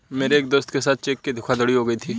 मेरे एक दोस्त के साथ चेक की धोखाधड़ी हो गयी थी